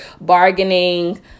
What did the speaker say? bargaining